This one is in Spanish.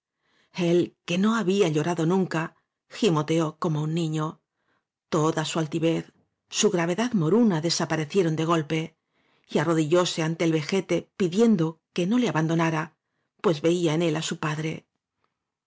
el que no había llorado nunca gimoteó como un niño toda su altivez su gravedad moruna desaparecieron de golpe y arrodillóse ante el vejete pidiendo que no le abandonara veía en él á su padre